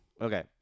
Okay